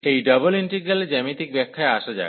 এই ডাবল ইন্টিগ্রালের জ্যামিতিক ব্যাখ্যায় আসা যাক